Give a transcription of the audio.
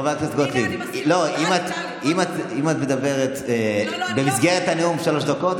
אם את מדברת במסגרת הנאום שלוש דקות,